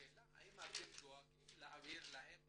השאלה היא האם אתם דואגים להעביר להם